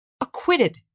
acquitted